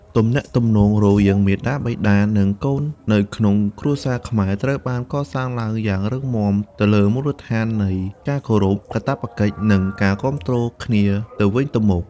ទំនាក់ទំនងរវាងមាតាបិតា និងកូននៅក្នុងគ្រួសារខ្មែរត្រូវបានកសាងឡើងយ៉ាងរឹងមាំទៅលើមូលដ្ឋាននៃ ការគោរព កាតព្វកិច្ច និង ការគាំទ្រគ្នាទៅវិញទៅមក។